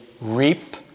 reap